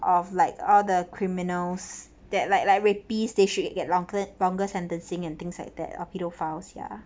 of like all the criminals that like like rapist they should get longer longer sentencing and things like that or pedophile ya